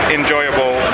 enjoyable